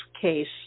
case